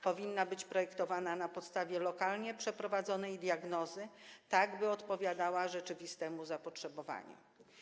Powinna być projektowana na podstawie lokalnie przeprowadzonej diagnozy, by odpowiadała rzeczywistemu zapotrzebowaniu.